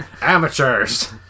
amateurs